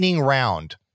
round